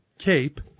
cape